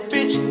Bitch